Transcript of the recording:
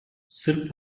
sırp